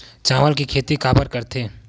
चावल के खेती काबर करथे?